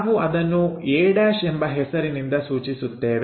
ನಾವು ಅದನ್ನು a' ಎಂಬ ಹೆಸರಿನಿಂದ ಸೂಚಿಸುತ್ತೇವೆ